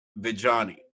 Vijani